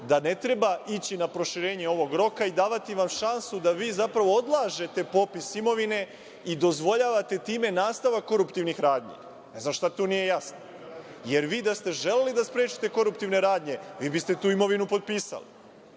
da ne treba ići na proširenje ovog roka i davati vam šansu da vi zapravo odlažete popis imovine i dozvoljavate time nastavak koruptivnih radnji. Ne znam šta tu nije jasno? Jer, da ste vi želeli da sprečite koruptivne radnje, vi biste tu imovinu popisali.